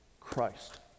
Christ